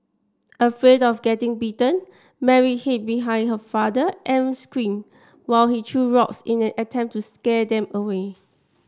afraid of getting bitten Mary hid behind her father and screamed while he threw rocks in an attempt to scare them away